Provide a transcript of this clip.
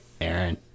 Aaron